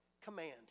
command